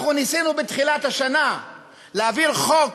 ניסינו בתחילת השנה להעביר חוק